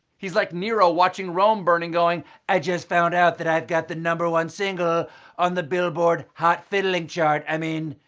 he's like nero watching rome burn, going i just found out i've got the number one single on the billboard hot fiddling chart. i mean,